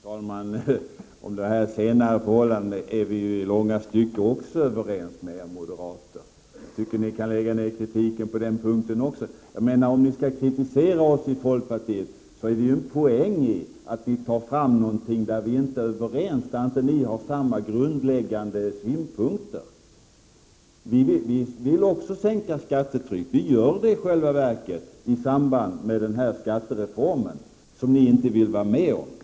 Fru talman! Om detta senare förhållande är vi i långa stycken också överens med er moderater. Jag tycker att ni kan lägga ner kritiken även på den punkten. Om ni skall kritisera oss i folkpartiet ligger det en poäng i att ni tar fram någonting där vi inte är överens, där vi inte har samma grundläggande synpunkter. Vi vill också sänka skattetrycket. Det gör vi i samband med denna skattereform, som ni inte vill vara med om.